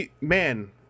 man